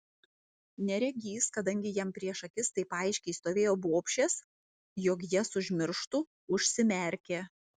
neregys kadangi jam prieš akis taip aiškiai stovėjo bobšės jog jas užmirštų užsimerkė